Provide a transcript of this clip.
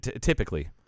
typically